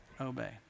Obey